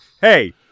Hey